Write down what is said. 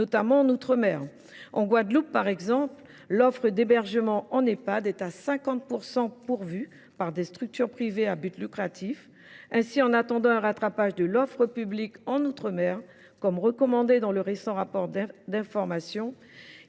notamment en outre mer. En Guadeloupe, par exemple, l’offre d’hébergement en Ehpad est pourvue à 50 % par des structures privées à but lucratif. En attendant un rattrapage de l’offre publique en outre mer, ce que recommande le rapport d’information